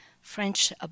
french